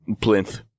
plinth